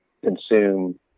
consume